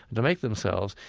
to make themselves,